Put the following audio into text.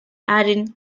aaron